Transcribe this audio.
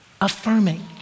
affirming